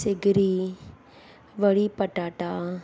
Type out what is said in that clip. सिगरी वड़ी पटाटा